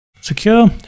Secure